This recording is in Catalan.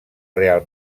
real